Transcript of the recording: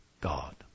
God